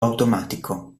automatico